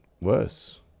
worse